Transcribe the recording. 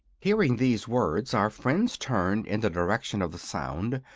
hearing these words our friends turned in the direction of the sound,